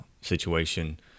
situation